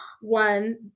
one